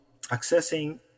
accessing